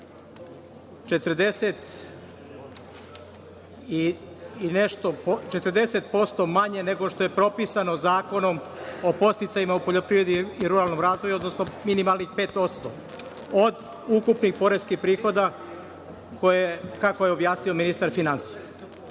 40% manje nego što je propisano Zakonom o podsticajima u poljoprivredi i ruralnom razvoju, odnosno minimalnih 5%, od ukupnih poreskih prihoda kako je objasnio ministar finansija. Zato